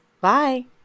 Bye